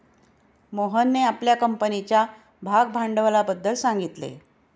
मोहनने आपल्या कंपनीच्या भागभांडवलाबद्दल सांगितले